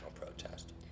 protest